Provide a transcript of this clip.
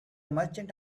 merchant